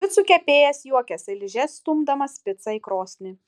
picų kepėjas juokiasi liže stumdamas picą į krosnį